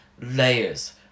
layers